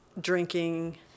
drinking